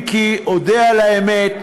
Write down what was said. אם כי, אודה על האמת,